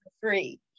free